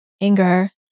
anger